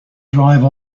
drive